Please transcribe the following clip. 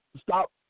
Stop